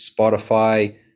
Spotify